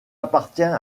appartient